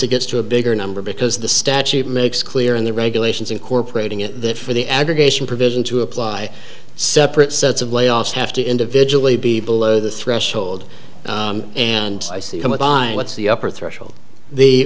it gets to a bigger number because the statute makes clear in the regulations incorporating it that for the aggregation provision to apply separate sets of layoffs have to individually be below the threshold and i see come up on what's the upper threshold the